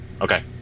okay